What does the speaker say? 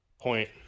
point